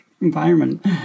environment